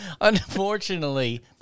Unfortunately